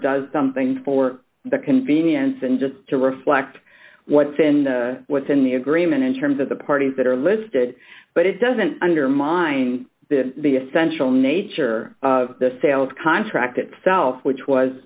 does something for the convenience and just to reflect what's in the what's in the agreement in terms of the parties that are listed but it doesn't undermine the the essential nature of the sales contract itself which was